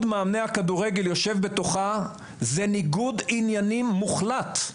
מאמני הכדורגל יושב בתוכה זה ניגוד עניינים מוחלט.